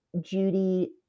Judy